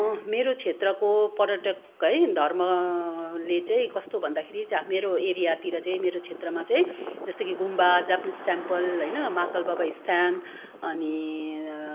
मेरो क्षेत्रको पर्यटक है धर्मले चाहिँ कस्तो भन्दाखेरि चाहिँ मेरो एरियातिर चाहिँ मेरो क्षेत्रमा चाहिँ जस्तो कि गुम्बा जापानिज टेम्पल होइन महाकाल बाबा स्थान अनि